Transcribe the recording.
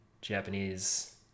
Japanese